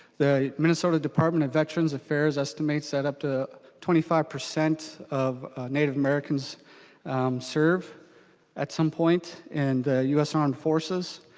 the minnesota department of veterans affairs estimates that up to twenty five percent of native americans serve at some point in and us armed forces.